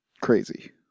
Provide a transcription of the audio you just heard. crazy